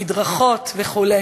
מדרכות וכו',